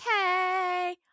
okay